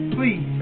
Please